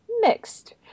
mixed